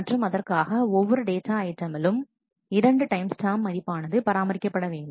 மற்றும் அதற்காக ஒவ்வொரு டேட்டா ஐட்டமிலும் 2 டைம் ஸ்டாம்ப் மதிப்பானது பராமரிக்கப்பட வேண்டும்